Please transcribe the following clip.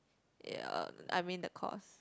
ya I mean the course